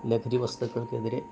ലഹരി വസ്തുക്കൾക്ക് എതിരെ